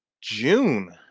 June